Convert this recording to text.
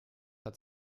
hat